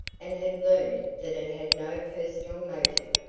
and had learned that it had no personal motive,